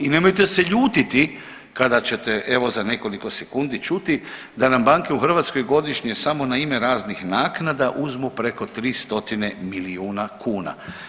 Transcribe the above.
I nemojte se ljutiti kada ćete evo za nekoliko sekundi čuti da nam banke u Hrvatskoj godišnje samo na ime raznih naknada uzmu preko 3 stotine milijuna kuna.